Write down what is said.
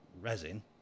resin